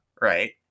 right